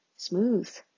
Smooth